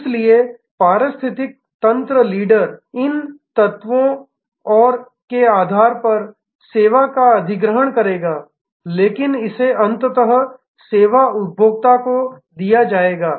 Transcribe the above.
इसलिए पारिस्थितिकी तंत्र लीडर इन तत्वों और के आधार पर सेवा का अधिग्रहण करेगा लेकिन इसे अंततः सेवा उपभोक्ता को दिया जाएगा